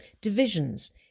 divisions